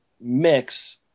mix